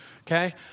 Okay